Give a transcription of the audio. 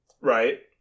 Right